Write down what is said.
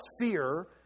fear